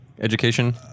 education